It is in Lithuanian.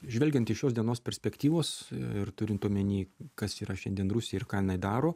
žvelgiant iš šios dienos perspektyvos ir turint omeny kas yra šiandien rusija ir ką jinai daro